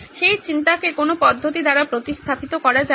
সেই চিন্তাকে কোনো পদ্ধতি দ্বারা প্রতিস্থাপিত করা যায়না